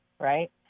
right